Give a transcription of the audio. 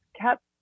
kept